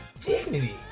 dignity